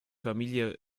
familie